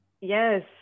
Yes